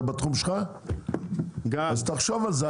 זה בתחום שלך, אז תחשוב על זה.